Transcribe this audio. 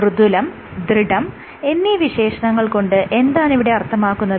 മൃദുലം ദൃഢം എന്നീ വിശേഷണങ്ങൾ കൊണ്ട് എന്താണിവിടെ അർത്ഥമാക്കുന്നത്